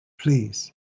Please